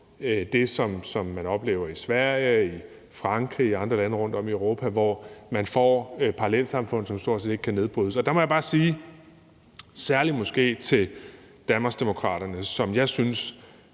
det, som man oplever i Sverige, Frankrig og andre lande rundtom i Europa, hvor man får parallelsamfund, som stort set ikke kan nedbrydes. Der må jeg bare sige en ting, måske særlig til Danmarksdemokraterne, som jeg synes